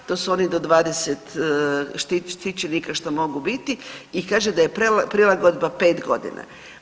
To su oni do 20 štićenika što mogu biti i kaže da je prilagodba 5.g.